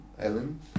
Island